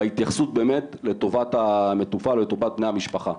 בהתייחסות, באמת, לטובת המטופל ולטובת בני המשפחה.